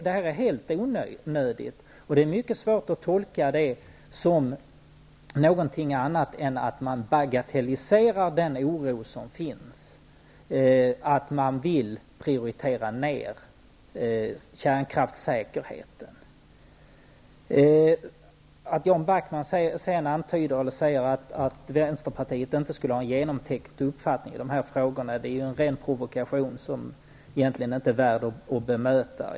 Det är svårt att tolka detta som någonting annat än att man bagatelliserar den oro som finns och att man vill prioritera ned säkerheten i kärnkraften. Jan Backman antyder sedan att Vänsterpartiet inte skall ha en genomtänkt uppfattning i dessa frågor. Det är en ren provokation, som egentligen inte är värd att bemöta.